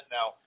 Now